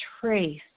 trace